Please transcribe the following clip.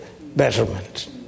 betterment